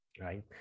right